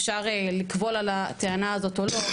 אפשר לקבול על הטענה הזאת או לא,